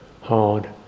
hard